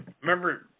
remember